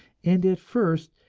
and at first,